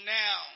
now